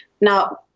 Now